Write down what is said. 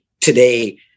today